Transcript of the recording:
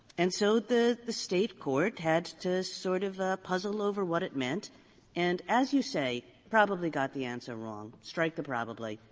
and so the the state court had to sort of puzzle over what it meant and, as you say, probably got the answer wrong. strike the probably.